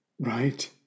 right